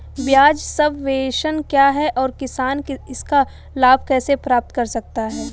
ब्याज सबवेंशन क्या है और किसान इसका लाभ कैसे प्राप्त कर सकता है?